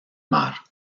mar